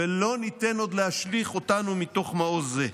ולא ניתן עוד להשליך אותנו מתוך מעוז זה.